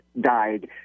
died